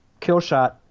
Killshot